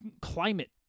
climate